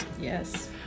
Yes